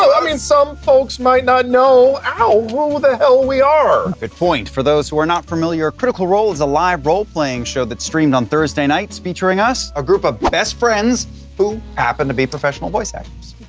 i mean, some folks might not know, ow, who the hell we are. liam good point. for those who are not familiar, critical role is a live roleplaying show that streams on thursday nights featuring us, a group of best friends who happen to be professional voice.